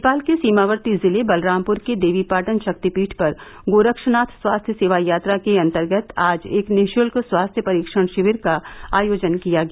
नेपाल के सीमावर्ती जिले बलरामपुर के देवीपाटन शक्तिपीठ पर गोरक्षनाथ स्वास्थ्य सेवा यात्रा के अंतर्गत आज एक निःशल्क स्वास्थ्य परीक्षण शिविर का आयोजन किया गया